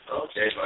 okay